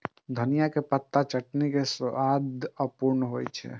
धनियाक पातक चटनी के स्वादे अपूर्व होइ छै